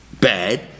bad